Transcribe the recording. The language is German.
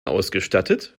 ausgestattet